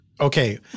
Okay